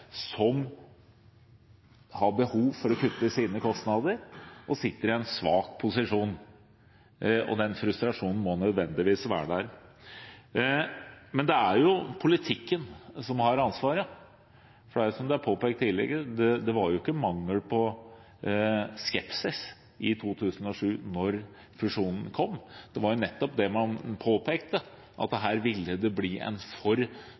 som har behov for å kutte sine kostnader, og de sitter i en svak posisjon. Den frustrasjonen må nødvendigvis være der. Men det er jo politikken som har ansvaret. For det var jo, som det er påpekt tidligere, ikke mangel på skepsis i 2007 da fusjonen kom. Det var nettopp det man påpekte, at her ville det bli en for